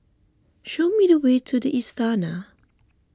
show me the way to the Istana